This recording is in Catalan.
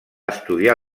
estudiar